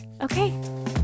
Okay